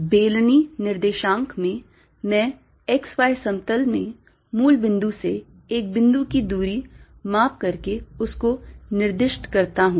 बेलनी निर्देशांक में मैं x y समतल में मूलबिंदु से एक बिंदु की दूरी माप करके उसको निर्दिष्ट करता हूं